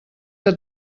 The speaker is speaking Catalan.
que